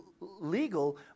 legal